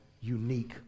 unique